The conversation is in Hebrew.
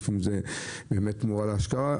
לפעמים זאת תמורה להשקעה.